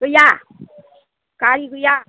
गैया गारि गैया